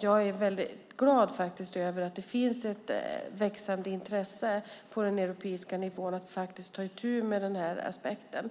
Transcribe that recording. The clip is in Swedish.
Jag är glad över att det finns ett växande intresse på den europeiska nivån för att ta itu med den här aspekten.